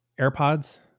AirPods